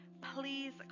Please